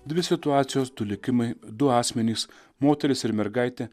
dvi situacijos du likimai du asmenys moteris ir mergaitė